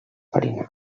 farina